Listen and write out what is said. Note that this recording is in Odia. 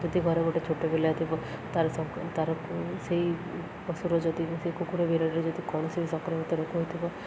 ଯଦି ଘରେ ଗୋଟେ ଛୋଟ ପିଲା ଥିବ ତା'ର ତା'ର ସେଇ ପଶୁର ଯଦି ସେଇ କୁକୁର ଯଦି କୌଣସି ସଂକ୍ରମିତ ଭିତରେ ରୋଗ ଥିବ